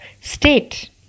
state